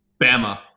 Bama